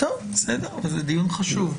בסדר אבל זה דיון חשוב.